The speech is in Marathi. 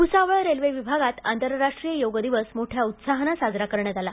भुसावळ रेल्वे विभागात आंतरराष्ट्रीय योग दिवस मोठ्या उत्साहाने साजरा करण्यात आला